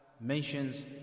mentions